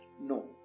No